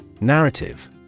NARRATIVE